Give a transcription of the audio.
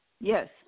Yes